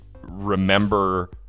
remember